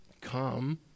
come